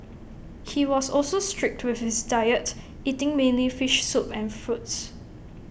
he was also strict with his diet eating mainly fish soup and fruits